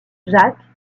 jacques